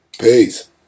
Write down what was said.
Peace